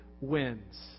wins